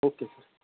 okay